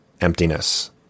emptiness